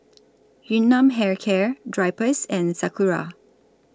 Yun Nam Hair Care Drypers and Sakura